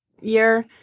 year